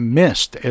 missed